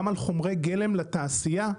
גם על חומרי גלם לתעשייה,